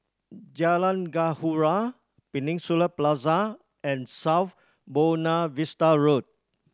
Jalan Gaharu Peninsula Plaza and South Buona Vista Road